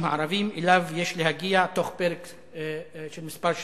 הערבים שאליו יש להגיע תוך פרק זמן של כמה שנים.